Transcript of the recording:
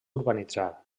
urbanitzar